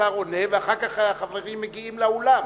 שהשר עונה ואחר כך החברים מגיעים לאולם.